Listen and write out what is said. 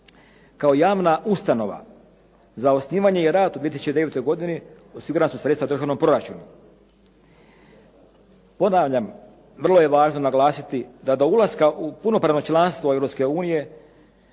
kao javna ustanova. Za osnivanje i rad u 2009. godini osigurana su sredstva u državnom proračunu. Ponavljam, vrlo je važno naglasiti da do ulaska u punopravno članstvo